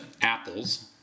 Apples